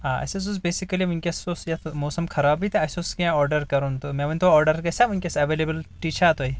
آ اسہِ حظ اوس بیسکلی ؤنکیٚنس اوس یتھ موسم خرابٕے تہٕ اسہِ اوس کینٛہہ آرڈر کرُن تہٕ مےٚ ؤنۍ تو آرڈر گژھیا ؤنکیٚس ایویلبٕلٹی چھا تۄہہِ